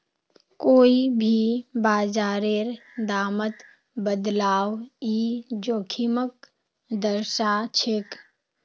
कोई भी बाजारेर दामत बदलाव ई जोखिमक दर्शाछेक